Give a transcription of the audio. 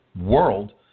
world